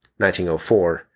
1904